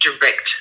direct